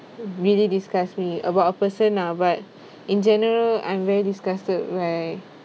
really disgust me about a person ah but in general I'm very disgusted by